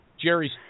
Jerry's